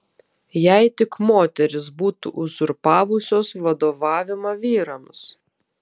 jei tik moterys būtų uzurpavusios vadovavimą vyrams